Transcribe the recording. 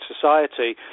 society